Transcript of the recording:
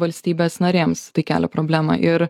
valstybės narėms tai kelia problemą ir